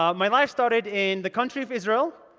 um my life started in the country of israel.